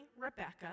Rebecca